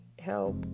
help